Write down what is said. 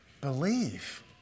Believe